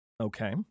Okay